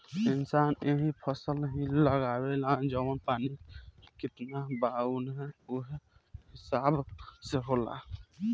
किसान एहींग फसल ही लगावेलन जवन पानी कितना बा उहे हिसाब से होला